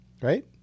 Right